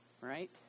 right